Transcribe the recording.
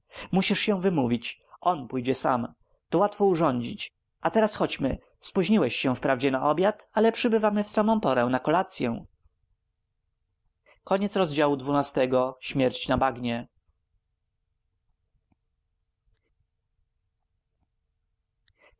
musisz się wymówić on pójdzie sam to łatwo urządzić a teraz chodźmy spóźniłeś się wprawdzie na obiad ale przybywamy w samą porę na kolacyę xiii zastawianie